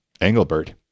Engelbert